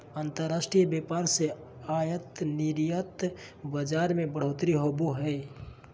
अंतर्राष्ट्रीय व्यापार से आयात निर्यात बाजार मे बढ़ोतरी होवो हय